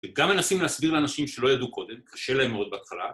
וגם מנסים להסביר לאנשים שלא ידעו קודם, קשה להם מאוד בהתחלה.